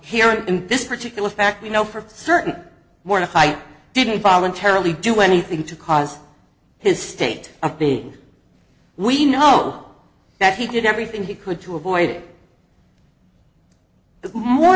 here in this particular fact we know for certain morning fight didn't voluntarily do anything to cause his state of being we know that he did everything he could to avoid